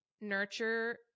nurture